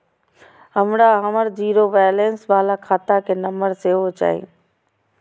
हमरा हमर zero balance बाला खाता के नम्बर सेहो चाही